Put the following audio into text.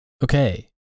Okay